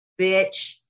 bitch